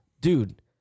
dude